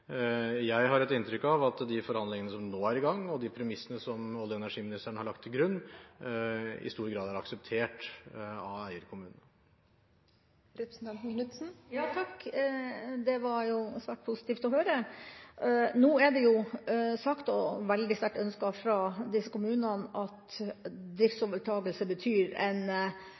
Jeg har et inntrykk av at de forhandlingene som nå er i gang, og de premissene som olje- og energiministeren har lagt til grunn, i stor grad er akseptert av eierkommunene. Det var svært positivt å høre. Disse kommunene har nå sagt og veldig sterkt ønsket at driftsovertakelse betyr en